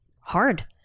hard